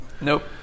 Nope